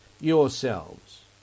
yourselves